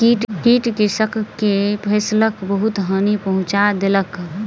कीट कृषक के फसिलक बहुत हानि पहुँचा देलक